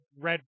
red